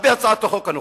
על-פי הצעת החוק הנוכחית.